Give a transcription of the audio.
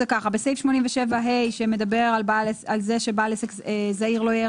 בסעיף 87ה שמדבר על זה שבעל עסק זעיר לא יהיה